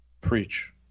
preach